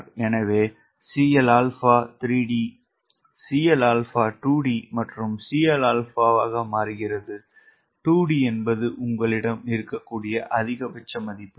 எனவேஎனவே 𝐶Lα 3d 𝐶Lα 2d மற்றும் 𝐶Lα ஆக மாறுகிறது 2d என்பது உங்களிடம் இருக்கக்கூடிய அதிகபட்ச மதிப்பு